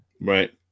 right